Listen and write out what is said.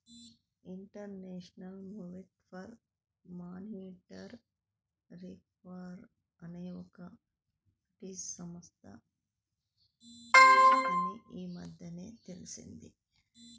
international movement for monetary reform అనేది ఒక British సంస్థ అని ఈ మధ్యనే తెలిసింది